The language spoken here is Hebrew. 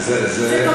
זה בדרך.